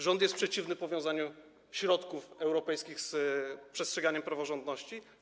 Rząd jest przeciwny powiązaniu środków europejskich z przestrzeganiem praworządności?